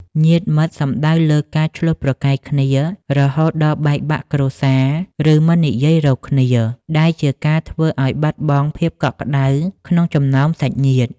ញាតិមិត្តសំដៅលើការ ឈ្លោះប្រកែកគ្នា រហូតដល់បែកបាក់គ្រួសារ ឬមិននិយាយរកគ្នា ដែលជាការធ្វើឲ្យបាត់បង់ភាពកក់ក្តៅក្នុងចំណោមសាច់ញាតិ។